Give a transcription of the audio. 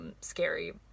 scary